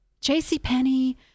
JCPenney